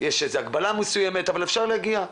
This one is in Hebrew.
למרות שיש הגבלה מסוימת ואפשר להשתתף ב-זום.